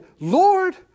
Lord